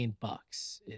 bucks